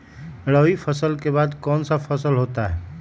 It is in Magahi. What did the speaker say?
रवि फसल के बाद कौन सा फसल होता है?